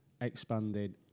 expanded